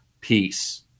peace